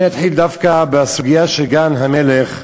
אני אתחיל דווקא בסוגיה של גן-המלך,